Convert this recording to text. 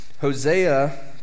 Hosea